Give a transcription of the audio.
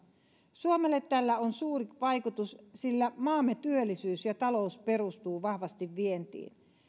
suomelle tällä on suuri vaikutus sillä maamme työllisyys ja talous perustuvat vahvasti vientiin